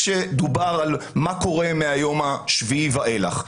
עת דובר על מה קורה מהיום השביעי ואילך.